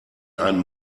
ein